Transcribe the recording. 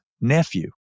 nephew